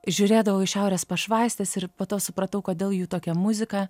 žiūrėdavau į šiaurės pašvaistes ir po to supratau kodėl jų tokia muzika